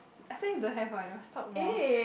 I tell you don't have one you must talk more